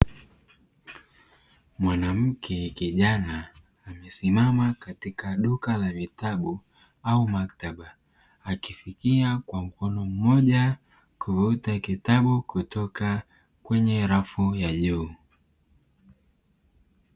Mwanamke Kijana amesimama katika duka la vitabu au maktaba akifikia kwa mkono mmoja kuota kitabu kutoka kwenye rafu ya juu.